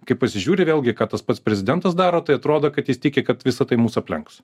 kai pasižiūri vėlgi ką tas pats prezidentas daro tai atrodo kad jis tiki kad visa tai mus aplenks